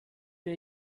wir